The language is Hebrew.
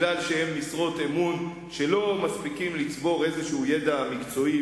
כי הם משרות אמון שלא מספיקים לצבור ידע מקצועי